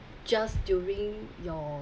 just during your